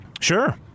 Sure